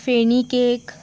feni cake